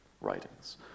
writings